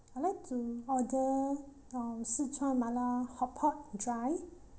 I'd like to order um szechuan mala hotpot dry